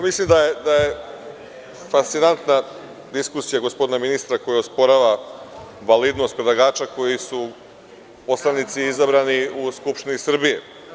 Mislim da je fascinantna diskusija gospodina ministra koji osporava validnost predlagača koji su poslanici izabrani u Skupštini Srbije.